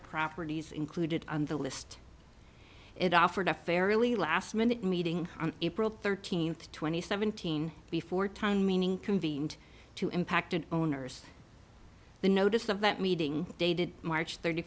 properties included on the list it offered a fairly last minute meeting on april thirteenth twenty seventeen before time meaning convened to impact an owner's the notice of that meeting dated march thirty